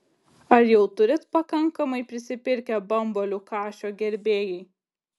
ar jau turit pakankamai prisipirkę bambalių kašio gerbėjai